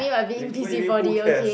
you what you mean who cares